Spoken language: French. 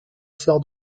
sœur